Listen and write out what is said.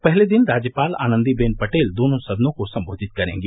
पहले दिन राज्यपाल आनंदी बेन पटेल दोनों सदनों को सम्बोधित करेंगी